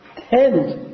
tend